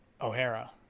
o'hara